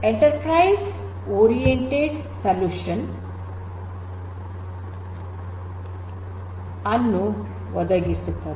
enterprise oriented solution ಅನ್ನು ಒದಗಿಸುತ್ತದೆ